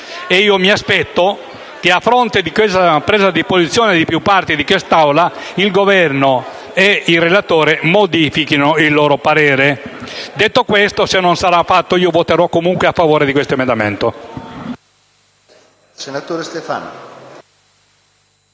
Mi aspetto che, a fronte della presa di posizione di più parti di quest'Aula, il Governo e il relatore modifichino il loro parere. Se non sarà fatto, io voterò comunque a favore di questo emendamento.